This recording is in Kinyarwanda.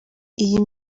iyi